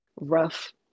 rough